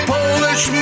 Polish